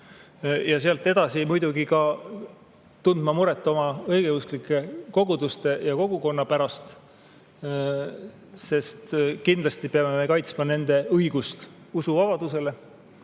Ja sealt edasi peame muidugi ka tundma muret oma õigeusklike koguduste ja kogukonna pärast. Kindlasti peame kaitsma nende õigust usuvabadusele.